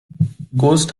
ghost